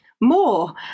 more